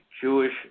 Jewish